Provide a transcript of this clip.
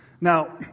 now